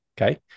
Okay